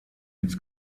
its